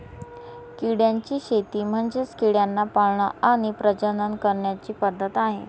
किड्यांची शेती म्हणजे किड्यांना पाळण आणि प्रजनन करण्याची पद्धत आहे